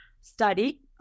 study